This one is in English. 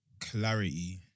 clarity